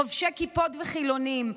חובשי כיפות וחילונים,